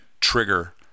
trigger